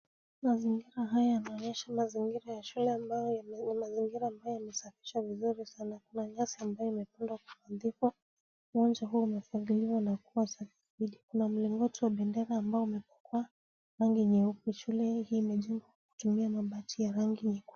Mazingira haya yanaonyesha mazingira ya shule ambayo ni mazingira mabayo yamesafishwa vizuri sana, kuna nyasi ambayo imepandwa kwa upande wa uwanja huu umefunguliwa na kuwa sahihi .Kuna mlingoti wa bendera ambao umepakwa rangi nyeupe. Shule hii imejengwa kutumia mabati ya rangi nyekundu.